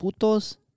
putos